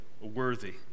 worthy